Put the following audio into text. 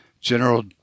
General